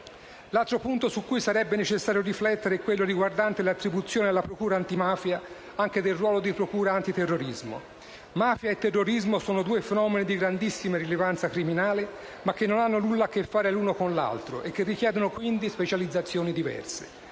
L'altro punto su cui sarebbe necessario riflettere è quello riguardante l'attribuzione alla Procura antimafia anche del ruolo di Procura antiterrorismo. Mafia e terrorismo sono due fenomeni di grandissima rilevanza criminale, ma che non hanno nulla a che fare l'uno con l'altro e che richiedono, quindi, specializzazioni diverse.